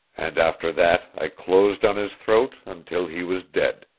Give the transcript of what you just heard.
and after that i closed on his throat until he was dead,